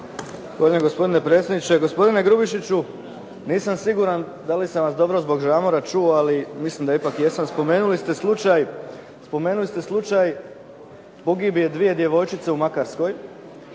gospodine predsjedniče. Gospodine Grubišiću, nisam siguran da li sam vas dobro zbog žamora čuo, ali mislim da ipak jesam, spomenuli ste slučaj pogibije dvije djevojčice u Makarskoj